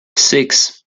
six